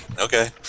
Okay